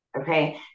Okay